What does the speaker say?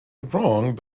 wrong